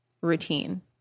routine